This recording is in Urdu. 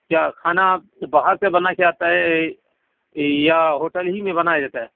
کیا کھانا باہر سے بنا کے آتا ہے یا ہوٹل ہی میں بنایا جاتا ہے